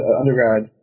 undergrad